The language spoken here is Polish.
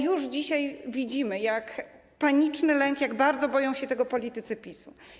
Już dzisiaj widzimy paniczny lęk, jak bardzo boją się tego politycy PiS-u.